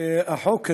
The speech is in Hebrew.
החוק הזה,